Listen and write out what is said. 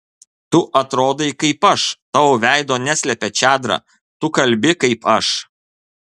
tu atrodai kaip aš tavo veido neslepia čadra tu kalbi kaip aš